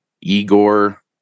igor